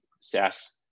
SaaS